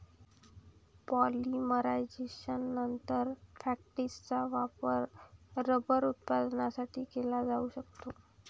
पॉलिमरायझेशननंतर, फॅक्टिसचा वापर रबर उत्पादनासाठी केला जाऊ शकतो